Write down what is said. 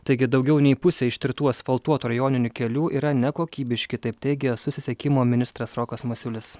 taigi daugiau nei pusė ištirtų asfaltuotų rajoninių kelių yra nekokybiški taip teigia susisiekimo ministras rokas masiulis